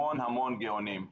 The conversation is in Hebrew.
המון המון גאונים.